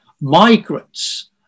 migrants